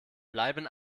bleiben